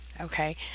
Okay